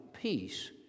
peace